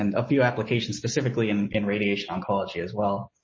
and a few applications specifically and in radiation oncology as well